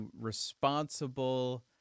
responsible